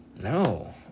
No